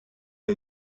the